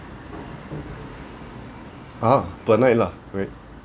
uh per night lah right